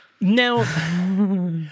Now